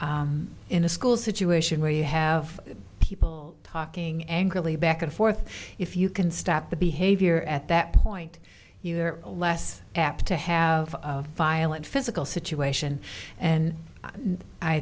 in a school situation where you have people talking angrily back and forth if you can stop the behavior at that point you're less apt to have violent physical situation and i